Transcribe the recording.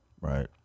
Right